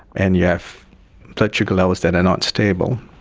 and you have blood sugar levels that are not stable,